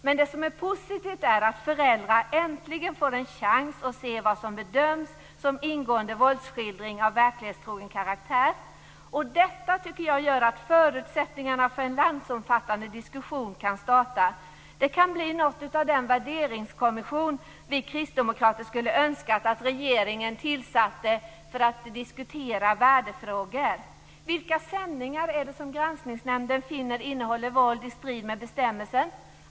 Men det som är positivt är att föräldrar äntligen får en chans att se vad som bedöms som ingående våldsskildring av verklighetstrogen karaktär. Detta innebär förutsättningar för att en landsomfattande diskussion kan starta. Det kan bli något av den värderingskommission som vi kristdemokrater önskar att regeringen kunde tillsätta för att diskutera värdefrågor. Vilka sändningar är det som granskningsnämnden finner innehåller våld i strid med bestämmelsen?